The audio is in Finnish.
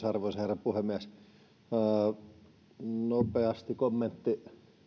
arvoisa herra puhemies nopeasti kommentti tähän